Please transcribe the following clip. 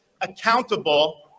accountable